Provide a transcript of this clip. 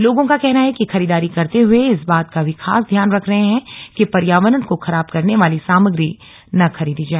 लोगों का कहना है कि खरीदारी करते हुए वे इस बात का भी खास ध्यान रख रहे हैं कि पर्यावरण को खराब करने वाली सामग्री न खरीदी जाए